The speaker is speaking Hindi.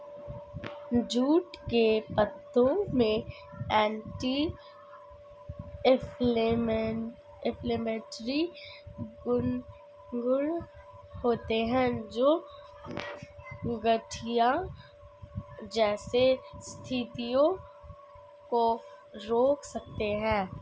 जूट के पत्तों में एंटी इंफ्लेमेटरी गुण होते हैं, जो गठिया जैसी स्थितियों को रोक सकते हैं